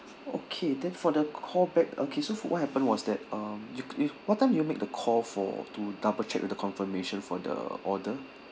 okay then for the call back okay so for what happened was that um you you what time you make the call for to double check with the confirmation for the order